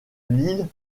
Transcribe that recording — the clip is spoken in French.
l’île